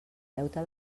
deute